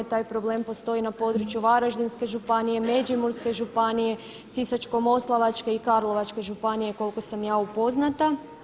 Taj problem postoji i na području Varaždinske županije, Međimurske, Sisačko-moslavačke i Karlovačke županije koliko sam ja upoznata.